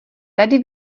tady